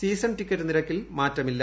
season ticket നിരക്കിൽ മാറ്റമില്ല